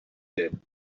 din